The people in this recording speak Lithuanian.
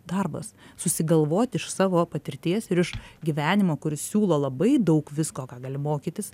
darbas susigalvoti iš savo patirties ir iš gyvenimo kuris siūlo labai daug visko ką gali mokytis